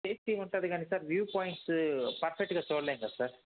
safety ఉంటది కానీ sir view points perfect గా చూడలేముకదా సార్